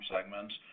segments